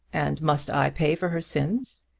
and must i pay for her sins?